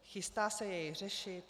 Chystá se jej řešit?